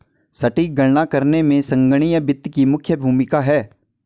सटीक गणना करने में संगणकीय वित्त की मुख्य भूमिका है